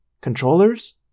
Controllers